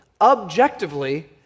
objectively